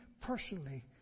personally